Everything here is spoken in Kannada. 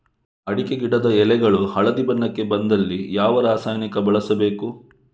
ಅಡಿಕೆ ಗಿಡದ ಎಳೆಗಳು ಹಳದಿ ಬಣ್ಣಕ್ಕೆ ಬಂದಲ್ಲಿ ಯಾವ ರಾಸಾಯನಿಕ ಬಳಸಬೇಕು?